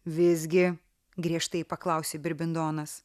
visgi griežtai paklausė birbindonas